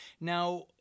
Now